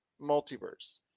Multiverse